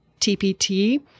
TPT